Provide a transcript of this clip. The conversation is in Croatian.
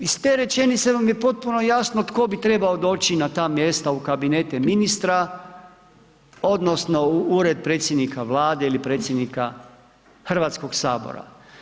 Iz te rečenice vam je potpuno jasno tko bi trebao doći na ta mjesta u kabinete ministra, odnosno u Ured predsjednika Vlade ili predsjednika Hrvatskog sabora.